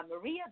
Maria